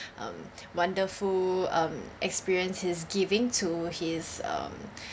um wonderful um experience he's giving to his um